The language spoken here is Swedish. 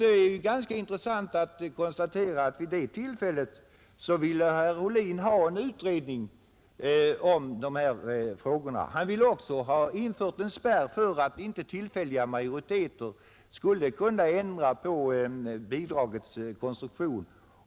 Det är ju ganska intressant att konstatera att herr Ohlin vid det tillfället ville ha en utredning om dessa frågor. Han ville också ha införd en spärr för att inte tillfälliga majoriteter skulle kunna ändra på bidragets konstruktion.